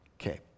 Okay